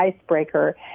icebreaker